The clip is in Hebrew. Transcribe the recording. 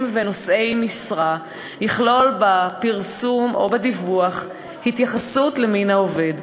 ונושאי משרה יכלול בפרסום או בדיווח התייחסות למין העובד.